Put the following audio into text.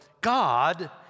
God